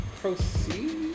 Proceed